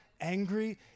angry